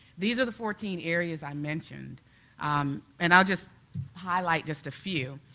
these are the fourteen areas i mentioned um and i'll just highlight just a few.